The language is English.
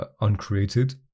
uncreated